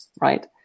right